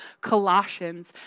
Colossians